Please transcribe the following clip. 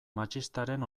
matxistaren